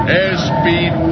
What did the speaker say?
Airspeed